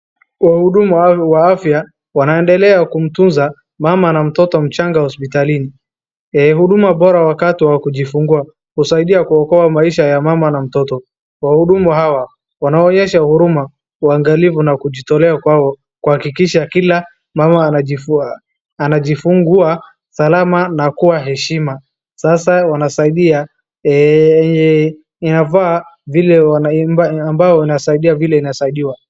Wahudumu wa afya wanaendelea kumtunza mama na mtoto mchanga hospitalini, huduma bora wakati wa kujifungua husaidia kuokoa maisha ya mama na mtoto, wahuduma hawa wanaonyesha huruma uangalifu na kujitoalea kwao kuakikisha kuwa kila mama anajifungua Salama na Kwa heshima sasa wanasaidia vile ambayo inafaa inasaidiwa.